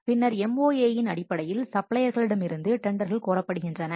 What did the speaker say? பின்னர் MoA இன் அடிப்படையில் சப்ளையர்களிடமிருந்து டெண்டர்கள் கோரப்படுகின்றன